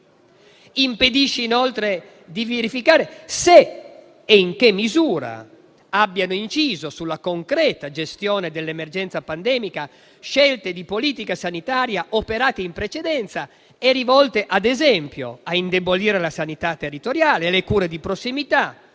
impedisce inoltre di verificare se e in quale misura abbiano inciso sulla concreta gestione dell'emergenza pandemica scelte di politica sanitaria operate in precedenza e rivolte, ad esempio, a indebolire la sanità territoriale e le cure di prossimità,